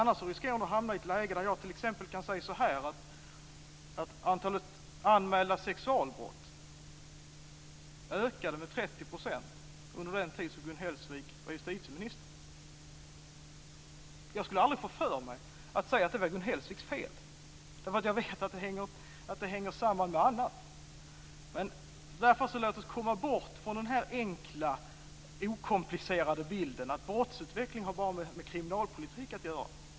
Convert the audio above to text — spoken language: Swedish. Hon riskerar annars att hamna i ett läge där jag kan säga att antalet anmälda sexualbrott ökade med 30 % under den tid som Gun Hellsvik var justitieminister. Jag skulle aldrig få för mig att säga att det var Gun Hellsviks fel, eftersom jag vet att det hänger samman med annat. Låt oss därför komma bort från den här enkla och okomplicerade bilden att brottsutvecklingen bara har med kriminalpolitik att göra.